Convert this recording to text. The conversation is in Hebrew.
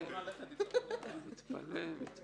יש לנו כמה נקודות שמעוררות קצת חשש, ועליהן נדבר